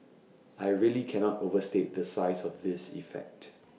I really cannot overstate the size of this effect